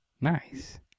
Nice